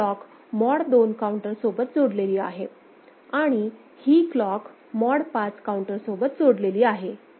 ही clock mod 2 counter सोबत जोडलेली आहे आणि ही क्लॉक मॉड 5 काउंटर सोबत जोडलेली आहे